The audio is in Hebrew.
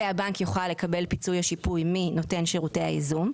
והבנק יוכל לקבל פיצוי או שיפוי מנותן שירותי הייזום.